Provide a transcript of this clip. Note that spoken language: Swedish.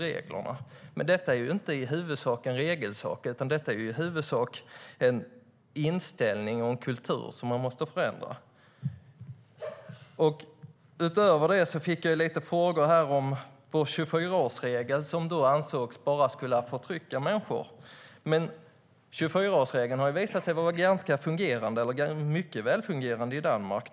Men detta är inte i huvudsak fråga om regler utan detta är i huvudsak fråga om inställning och kultur som måste förändras. Jag fick frågor om 24-årsregeln, som anses förtrycka människor. 24-årsregeln har visat sig fungera väl i Danmark.